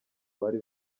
bari